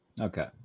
Okay